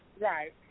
Right